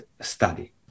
study